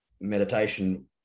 meditation